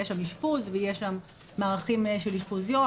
יהיה שם אישפוז ומערכי אשפוז יום,